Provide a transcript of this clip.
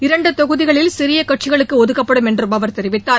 இரண்டு தொகுதிகளில் சிறிய கட்சிகளுக்கு ஒதுக்கப்படும் என்றும் அவர் தெரிவித்தார்